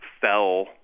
fell